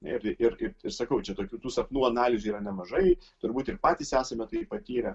ir ir ir sakau čia tų sapnų analizių yra nemažai turbūt ir patys esame tai patyrę